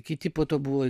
kiti po to buvo